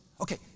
Okay